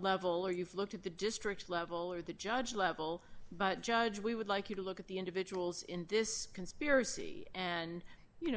level or you've looked at the district level or the judge level but judge we would like you to look at the individuals in this conspiracy and you